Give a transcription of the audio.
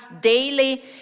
daily